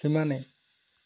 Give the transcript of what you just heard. সিমানেই